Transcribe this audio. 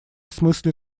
смысле